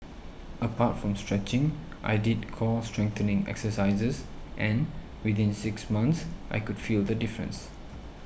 apart from stretching I did core strengthening exercises and within six months I could feel the difference